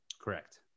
Correct